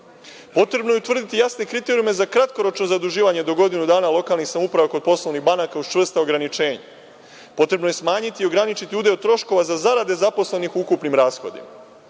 Potrebno je utvrditi jasne kriterijume za kratkoročno zaduživanje do godinu dana lokalnih samouprava kod poslovnih banaka uz čvrsta ograničenja. Potrebno je smanjiti i ograničiti udeo troškova za zarade zaposlenih u ukupnim rashodima.